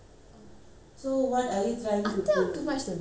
அத்தை:athai too much தெரியுமா:theriyumma she cannot do like that to him